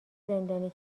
زندانی